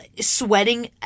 sweating